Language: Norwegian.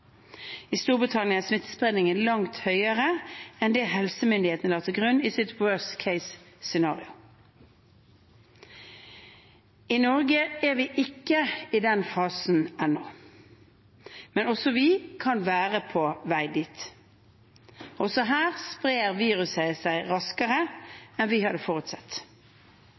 I Storbritannia er smittespredningen langt større enn det helsemyndighetene la til grunn i sitt «worst-case scenario». I Norge er vi ikke i den fasen ennå. Men også vi kan være på vei dit. Også her sprer viruset seg raskere enn vi hadde forutsett.